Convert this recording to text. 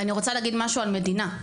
ואני רוצה להגיד משהו על מדינה.